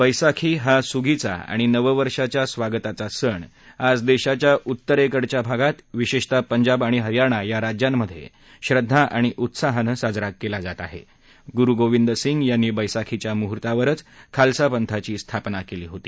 बैसाखी हा सुगीचा आणि नववर्ष स्वागताचा सण आज दघीच्या उत्तरक्रिच्या भागात विशाद्वतीः पंजाब आणि हरयाणा या राज्यांमध्या श्रद्वा आणि उत्साहानं साजरा कला जात आहा बुरु गोविंद सिंग यांनी बैसाखीच्या मुहूर्तावरच खालसा पंथाची स्थापना कली होती